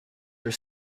are